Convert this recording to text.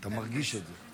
אתה מרגיש את זה.